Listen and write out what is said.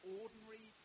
ordinary